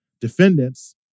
Defendants